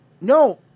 No